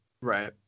Right